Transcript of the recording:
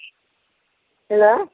hello